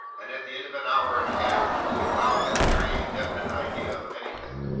and at the end of an hour and a half julia cloud had a very indefinite idea of anything.